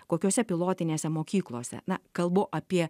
kokiose pilotinėse mokyklose na kalbu apie